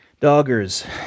doggers